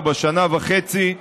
או בשנה וחצי,